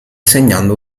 segnando